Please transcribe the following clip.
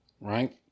right